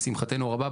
לשמחתנו הרבה.